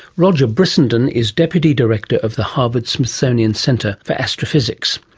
roger brissenden is deputy director of the harvard-smithsonian centre for astrophysics.